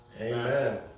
Amen